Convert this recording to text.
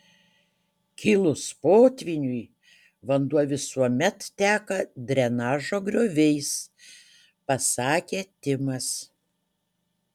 kilus potvyniui vanduo visuomet teka drenažo grioviais pasakė timas